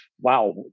wow